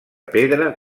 pedra